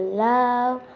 love